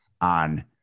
on